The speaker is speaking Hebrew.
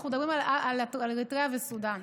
אנחנו מדברים על אריתריאה וסודאן.